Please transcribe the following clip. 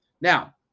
Now